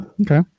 Okay